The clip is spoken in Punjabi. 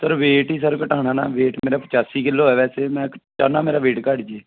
ਸਰ ਵੇਟ ਹੀ ਸਰ ਘਟਾਉਣਾ ਨਾ ਵੇਟ ਮੇਰਾ ਪਚਾਸੀ ਕਿੱਲੋ ਹੈ ਵੈਸੇ ਮੈਂ ਚਾਹੁੰਦਾ ਮੇਰਾ ਵੇਟ ਘੱਟ ਜੇ